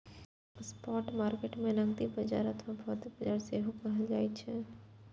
spot market कें नकदी बाजार अथवा भौतिक बाजार सेहो कहल जाइ छै